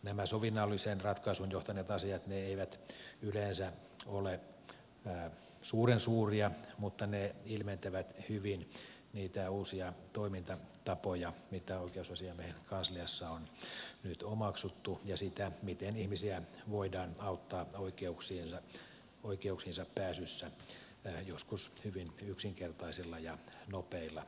nämä sovinnolliseen ratkaisuun johtaneet asiat eivät yleensä ole suuren suuria mutta ne ilmentävät hyvin niitä uusia toimintatapoja mitä oikeusasiamiehen kansliassa on nyt omaksuttu ja sitä miten ihmisiä voidaan auttaa oikeuksiinsa pääsyssä joskus hyvin yksinkertaisilla ja nopeilla toimenpiteillä